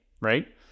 Right